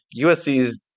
usc's